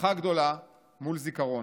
שמחה גדולה מול זיכרון.